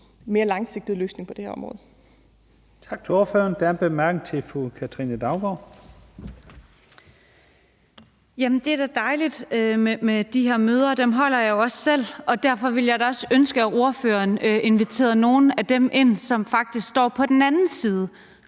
mere langsigtet løsning på det her område.